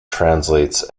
translates